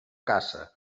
caça